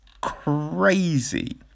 crazy